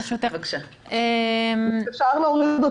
אפשר לפתור